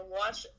watch